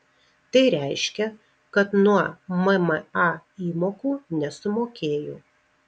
tai reiškia kad nuo mma įmokų nesumokėjo